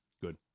good